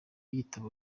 yitaba